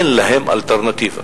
אין להם אלטרנטיבה.